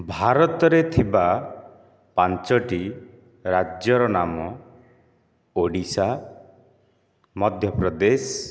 ଭାରତରେ ଥିବା ପାଞ୍ଚଟି ରାଜ୍ୟର ନାମ ଓଡ଼ିଶା ମଧ୍ୟପ୍ରଦେଶ